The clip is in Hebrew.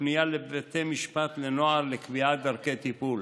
ופנייה לבתי משפט לנוער לקביעת דרכי טיפול,